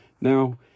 Now